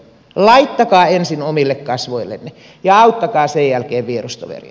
laittakaa ensin omille kasvoillenne ja auttakaa sen jälkeen vierustoveria